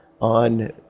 on